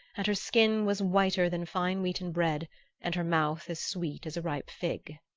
and her skin was whiter than fine wheaten bread and her mouth as sweet as a ripe fig.